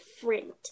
friend